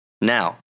Now